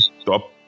stop